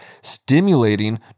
stimulating